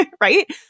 right